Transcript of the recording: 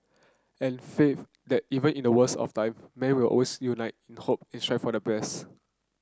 and faith that even in the worst of time man will always unite in hope and strive for the